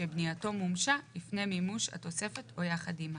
שבנייתו מומשה לפני מימוש התוספת או יחד עמה,